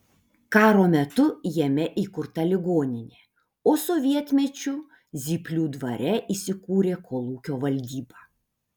karo metu jame įkurta ligoninė o sovietmečiu zyplių dvare įsikūrė kolūkio valdyba